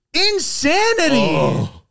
Insanity